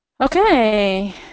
Okay